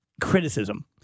Criticism